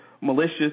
malicious